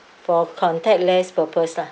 for contactless purpose lah